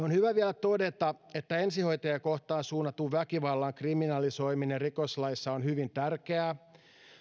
on hyvä vielä todeta että ensihoitajia kohtaan suunnatun väkivallan kriminalisoiminen rikoslaissa on hyvin tärkeää